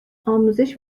آموزش